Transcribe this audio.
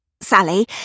Sally